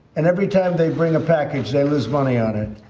and every time they bring a package, they lose money on it.